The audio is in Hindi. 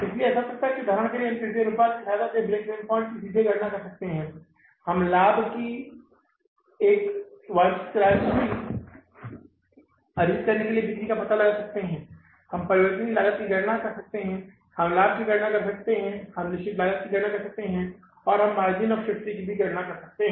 इसलिए यह हो सकता है उदाहरण के लिए हम P V अनुपात की सहायता से ब्रेक इवन पॉइंट्स की सीधे गणना कर सकते हैं हम लाभ की एक वांछित राशि अर्जित करने के लिए बिक्री का पता लगा सकते हैं हम परिवर्तनीय लागत की गणना कर सकते हैं हम लाभ की गणना कर सकते हैं हम निश्चित लागत की गणना कर सकते हैं और हम मार्जिन ऑफ़ सेफ्टी की गणना कर सकते हैं